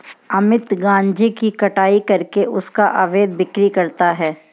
अमित गांजे की कटाई करके उसका अवैध बिक्री करता है